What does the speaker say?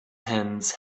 hands